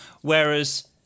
whereas